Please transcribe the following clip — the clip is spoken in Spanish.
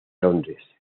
londres